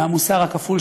מהמוסר הכפול,